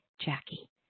Jackie